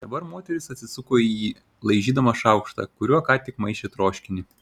dabar moteris atsisuko į jį laižydama šaukštą kuriuo ką tik maišė troškinį